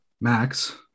Max